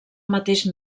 mateix